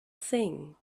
thing